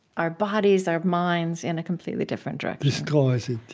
our bodies, our minds, in a completely different direction destroys it,